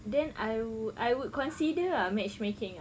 then I would I would consider ah matchmaking ah